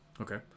okay